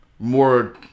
More